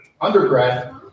undergrad